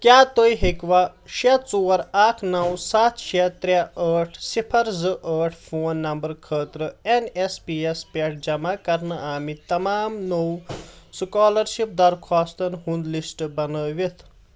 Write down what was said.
کیٛاہ تُہۍ ہیٚکوا شےٚ ژور اکھ نو سَتھ شے ترٛےٚ آٹھ صفر زٕ آٹھ فون نمبرٕ خٲطرٕ این ایس پی یَس پٮ۪ٹھ جمع کرنہٕ آمٕتۍ تمام نوٚو سُکالرشِپ درخواستن ہُنٛد لسٹ بنٲوِتھ